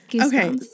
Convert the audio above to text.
Okay